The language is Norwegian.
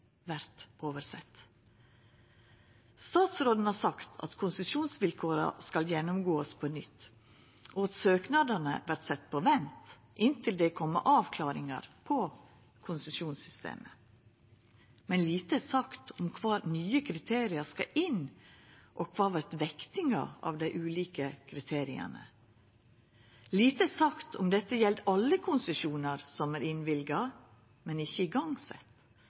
oversett? Statsråden har sagt at konsesjonsvilkåra skal verta gjennomgått på nytt, og at søknadene vert sette på vent inntil det er kome avklaringar på konsesjonssystemet. Men lite er sagt om kva nye kriterium som skal inn, og kva vektinga av dei ulike kriteria vert. Lite er sagt om dette gjeld alle konsesjonar som er innvilga, men ikkje sette i gang.